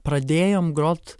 pradėjom grot